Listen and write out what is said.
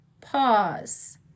pause